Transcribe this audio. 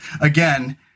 again